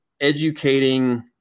educating